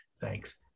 thanks